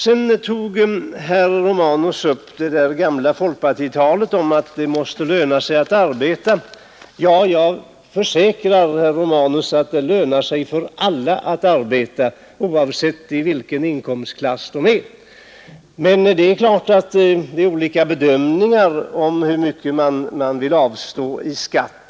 Herr Romanus tog också upp det gamla folkpartitalet att det måste löna sig att arbeta, men jag försäkrar herr Romanus att det lönar sig för alla att arbeta, oavsett i vilken inkomstklass man befinner sig. Självfallet har man emellertid olika bedömningar om hur mycket man vill avstå i skatt.